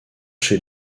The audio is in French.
chez